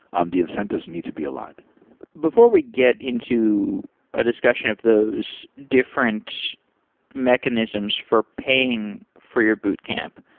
um the incentives need to be aligned before we get into a discussion of those different mechanisms for paying for your boot camp,